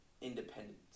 independence